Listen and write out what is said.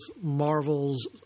Marvel's